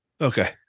Okay